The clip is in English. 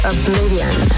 Oblivion